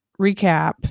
recap